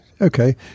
okay